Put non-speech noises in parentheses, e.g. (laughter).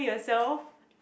(breath)